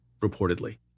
reportedly